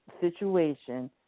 situation